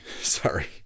sorry